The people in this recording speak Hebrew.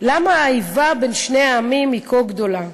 למה האיבה בין שני העמים היא כה גדולה,